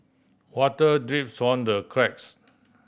water drips from the cracks